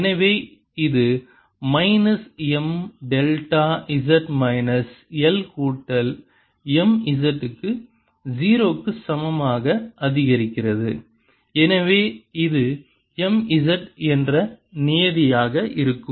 எனவே இது minus M delta z minus L கூட்டல் M z க்கு 0 க்கு சமமாக அதிகரிக்கிறது எனவே இது M z என்ற நியதியாக இருக்கும்